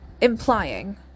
implying